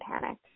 panic